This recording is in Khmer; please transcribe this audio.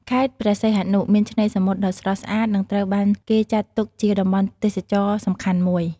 ខេត្តព្រះសីហនុ មានឆ្នេរសមុទ្រដ៏ស្រស់ស្អាត និងត្រូវបានគេចាត់ទុកជាតំបន់ទេសចរណ៍សំខាន់មួយ។